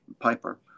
Piper